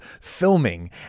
filming